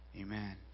Amen